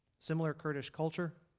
similar kurdish culture.